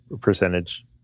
percentage